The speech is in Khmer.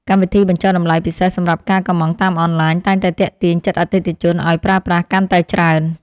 កម្មវិធីបញ្ចុះតម្លៃពិសេសសម្រាប់ការកម្ម៉ង់តាមអនឡាញតែងតែទាក់ទាញចិត្តអតិថិជនឱ្យប្រើប្រាស់កាន់តែច្រើន។